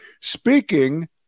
speaking